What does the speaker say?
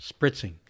spritzing